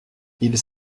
ils